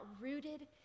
rooted